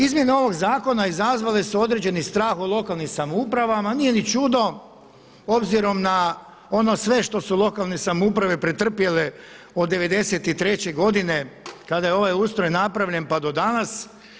Izmjene ovoga zakona izazvali su određeni strah od lokalnih samouprava, nije ni čudo obzirom na ono sve što su lokalne samouprave pretrpjele od '93. godine kada je ovaj ustroj napravljen pa do danas.